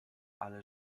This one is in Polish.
ale